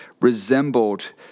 resembled